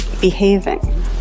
behaving